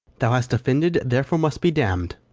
thou hast offended, therefore must be damn'd.